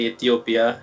Ethiopia